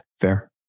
fair